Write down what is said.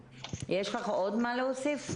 יש לך עוד מה להוסיף?